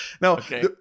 Now